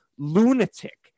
lunatic